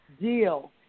deal